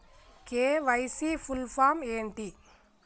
KYC full form ఏంటి?